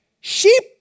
sheep